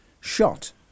shot